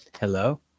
hello